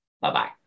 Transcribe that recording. Bye-bye